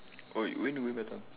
!oi! when you going Batam